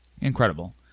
incredible